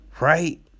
Right